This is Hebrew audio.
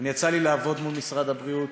יצא לי לעבוד מול משרד הבריאות